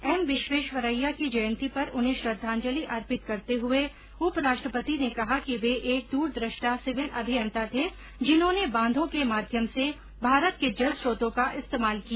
M विश्वेश्वरैयों की जयंती पर उन्हें श्रद्वांजलि अर्पित करते हुए उपराष्ट्रपति ने कहा कि वे एक द्रदृष्टा सिविल अभियंता थे जिन्होंने बांधों के माध्यम से भारत के जल स्रोतों का इस्तेमाल किया